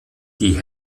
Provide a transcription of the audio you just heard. die